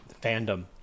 fandom